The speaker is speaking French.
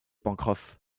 pencroff